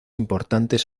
importantes